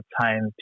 time